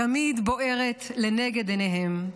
תמיד בוערת לנגד עיניהם.